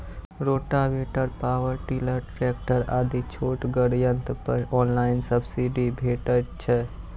Rotavator, power tiller, tractor आदि छोटगर यंत्र पर ऑनलाइन सब्सिडी भेटैत छै?